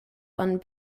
and